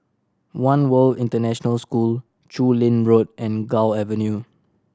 One World International School Chu Lin Road and Gul Avenue